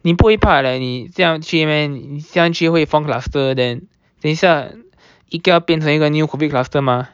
你不会你怕 like 你这样去 meh 你这样去会 like form cluster 等一下 Ikea 变成一个 new COVID cluster mah